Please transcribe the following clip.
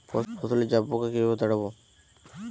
ফসলে জাবপোকা কিভাবে তাড়াব?